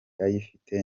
ayifite